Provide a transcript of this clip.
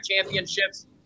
championships